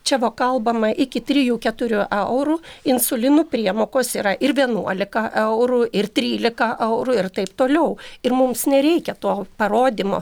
čia vo kalbama iki trijų keturių eurų insulino priemokos yra ir vienuolika eurų ir trylika eurų ir taip toliau ir mums nereikia to parodymo